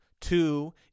Two